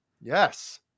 yes